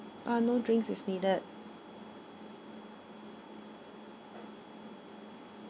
uh no drinks is needed